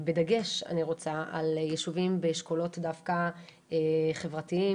אני רוצה בדגש על ישובים באשכולות דווקא חברתיים,